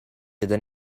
gyda